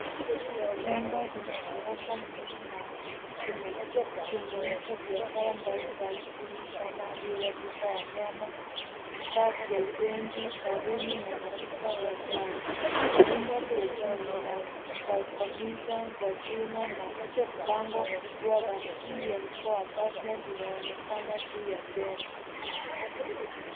Jengo lina ghorofa nyingi na limejumuisha biashara mbalimbali chini kama vile duka la nyama, vifaa vya ujenzi, saruni na maduka ya dawa. Vyumba vya juu vina balkoni za chuma na bango kubwa ya EM4 Apartment linaonekana juu ya jengo.